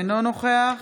אינו נוכח